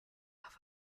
have